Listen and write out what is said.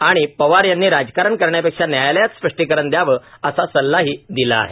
व पवार यांनी राजकारण करण्यापेक्षा न्यायालयात स्पष्टीकरण द्यावे असा सल्लाही दिला आहे